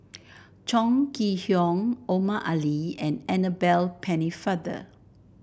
Chong Kee Hiong Omar Ali and Annabel Pennefather